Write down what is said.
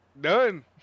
done